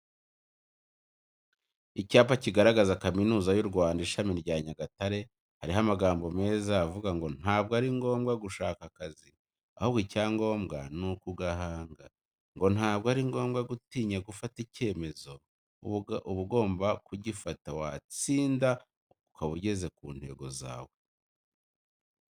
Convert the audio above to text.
Icyapa kigaragaza Kaminuza y'u Rwanda ishami rya Nyagatare, hariho amagambo meza, avuga ngo ntabwo ari ngombwa gushaka akazi, ahubwo icyangombwa ni ukugahanga, ngo ntabwo ari ngombwa gutinya gufata ikemezo, uba ugomba kugifata watsinda ukaba ugeze ku ntego zawe.